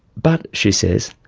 but, she says,